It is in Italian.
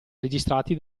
registrati